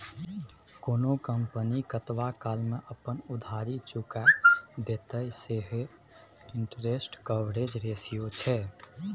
कोनो कंपनी कतबा काल मे अपन उधारी चुका देतेय सैह इंटरेस्ट कवरेज रेशियो छै